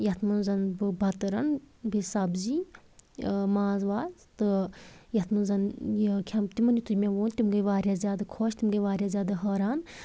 یَتھ منٛز بہٕ بَتہٕ رَنہٕ بیٚیہِ سبزی ماز واز تہٕ یَتھ منٛز یہِ کھیم تِمَن یُتھٕے مےٚ ووٚن تِم گٔے واریاہ زیادٕ خۄش تِم گٔے واریاہ زیادٕ حٲران